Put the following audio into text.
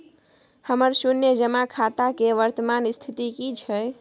हमर शुन्य जमा खाता के वर्तमान स्थिति की छै?